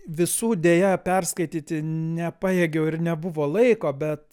visų deja perskaityti nepajėgiau ir nebuvo laiko bet